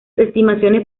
estimaciones